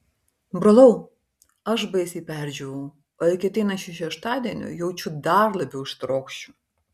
brolau aš baisiai perdžiūvau o iki ateinančio šeštadienio jaučiu dar labiau ištrokšiu